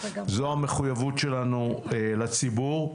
זו המחויבות שלנו לציבור.